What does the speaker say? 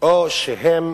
או שהם